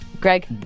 Greg